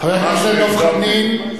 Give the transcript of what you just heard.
חבר הכנסת דב חנין,